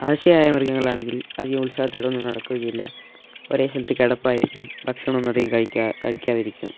ആശയായ മൃഗങ്ങൾ ആണെങ്കിൽ അധികം ഉൽസാഹത്തോടെയൊന്നും നടക്കുകയില്ല ഒരേ സ്ഥലത്ത് കിടപ്പായിരിക്കും ഭക്ഷണമൊന്നും അധികം കഴിക്കാതിരിക്കും